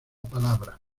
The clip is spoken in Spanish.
palabra